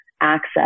access